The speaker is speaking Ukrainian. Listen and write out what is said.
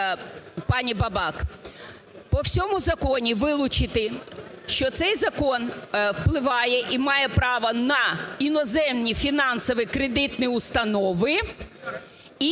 пані Бабак. По всьому закону вилучити, що цей закон впливає і має право на іноземні фінансово-кредитні установи